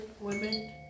women